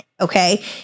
Okay